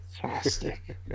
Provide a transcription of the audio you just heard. Fantastic